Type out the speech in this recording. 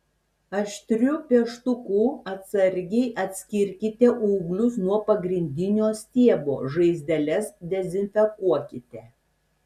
aštriu pieštuku atsargiai atskirkite ūglius nuo pagrindinio stiebo žaizdeles dezinfekuokite